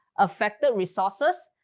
effective resources,